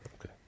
Okay